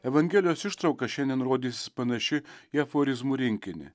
evangelijos ištrauka šiandien rodysis panaši į aforizmų rinkinį